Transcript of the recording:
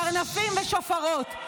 קרנפים ושופרות,